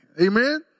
Amen